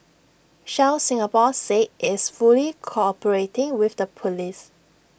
Shell Singapore said it's fully cooperating with the Police